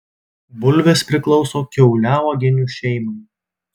bulvės priklauso kiauliauoginių šeimai